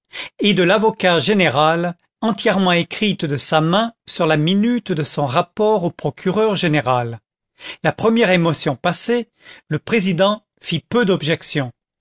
est de m l'avocat général entièrement écrite de sa main sur la minute de son rapport au procureur général la première émotion passée le président fit peu d'objections